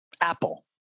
Apple